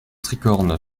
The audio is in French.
tricorne